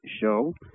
show